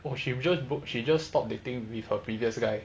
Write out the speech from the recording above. well she just book she just stop dating with her previous guy